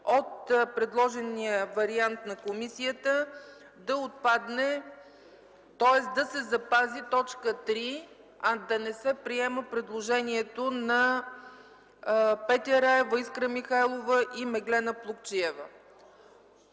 от предложения вариант на комисията да се запази т. 3, а да не се приема предложението на Петя Раева, Искра Михайлова и Меглена Плугчиева.